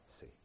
See